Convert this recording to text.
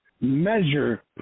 measure